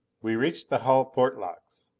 we reached the hull port locks.